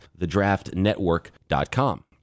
thedraftnetwork.com